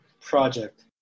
project